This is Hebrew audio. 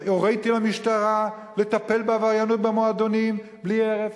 הוריתי למשטרה לטפל בעבריינות במועדונים בלי הרף.